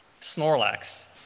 Snorlax